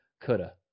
Coulda